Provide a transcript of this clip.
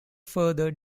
further